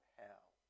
hell